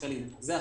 הקשישים ייפגעו